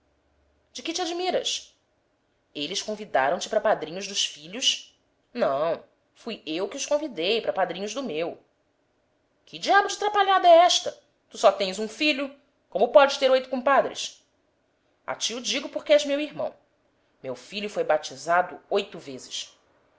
de que te admiras eles convidaram te para padrinhos dos filhos não fui eu que os convidei para padrinhos do meu que diabo de trapalhada é esta tu só tens um filho como podes ter oito compadres a ti o digo porque és meu irmão meu filho foi batizado oito vezes